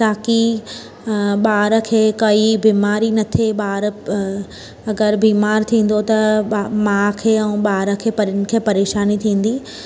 ताकी ॿार खे काई बीमारी न थिए ॿारु अगरि बीमारु थींदो त ॿ माउ खे ऐं ॿार परीन खे परेशानी थींदी